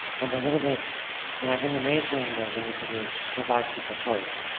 i'm a little bit and i think the main thing that we need to do is just provide people choice,